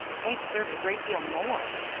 they deserved a great deal more,